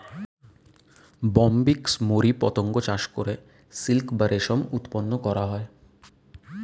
Bombyx mori পতঙ্গ চাষ করে সিল্ক বা রেশম উৎপন্ন করা হয়